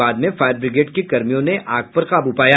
बाद में fire brigade के कर्मियों ने आग पर काबू पाया